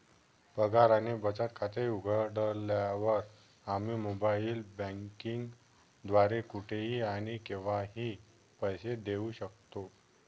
पगार आणि बचत खाते उघडल्यावर, आम्ही मोबाइल बँकिंग द्वारे कुठेही आणि केव्हाही पैसे देऊ शकतो